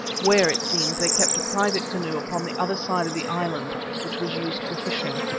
where it seemed they kept a private canoe upon the other side of the island which was used for fishing.